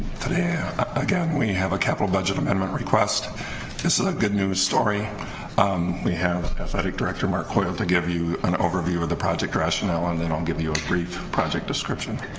today again we have a capital budget amendment request this is a good news story we have athletic director marc coil to give you an overview of the project rationale and they don't give you a brief project description